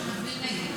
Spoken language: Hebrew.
מצביעים נגד.